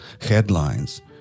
headlines